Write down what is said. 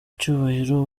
cyubahiro